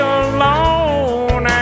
alone